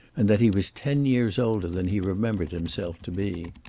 and that he was ten years older than he remembered himself to be.